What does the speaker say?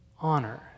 honor